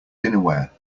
dinnerware